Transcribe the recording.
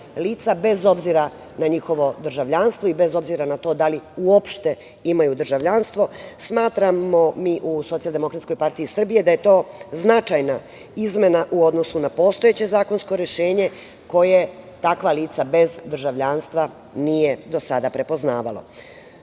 bez obzira na njihovo državljanstvo i bez obzira na to da li uopšte imaju državljanstvo. Smatramo mi u SDPS da je to značajna izmena u odnosu na postojeće zakonsko rešenje koje takva lica bez državljanstva nije do sada prepoznavalo. Značajna